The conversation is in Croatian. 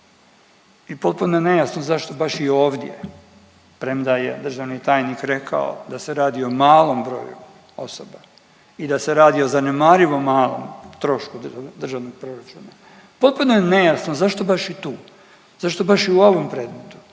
i potpuno je nejasno zašto baš i ovdje premda je državni tajnik rekao da se radi o malom broju osoba i da se radi o zanemarivo malom trošku državnog proračuna. Potpuno je nejasno zašto baš i tu, zašto baš i u ovom predmetu